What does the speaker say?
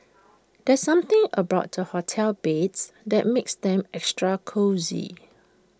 there's something about hotel beds that makes them extra cosy